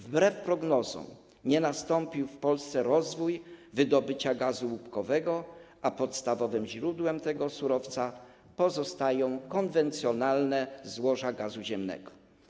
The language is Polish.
Wbrew prognozom nie nastąpił w Polsce rozwój wydobycia gazu łupkowego, a podstawowym źródłem tego surowca pozostają konwencjonalne złoża gazu ziemnego.